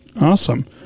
Awesome